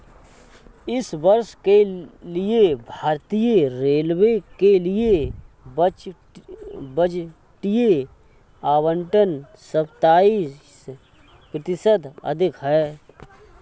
इस वर्ष के लिए भारतीय रेलवे के लिए बजटीय आवंटन सत्ताईस प्रतिशत अधिक है